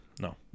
no